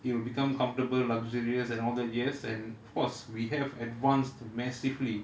you'll become comfortable luxurious and all that yes of course we have advanced massively